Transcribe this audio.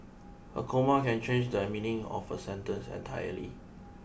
a comma can change the meaning of a sentence entirely